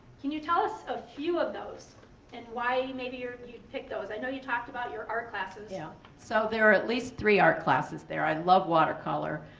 can you tell us a few of those and why, maybe you've picked those. i know you talked about your art classes. yeah. so there are at least three art classes there. i love watercolor,